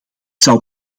zou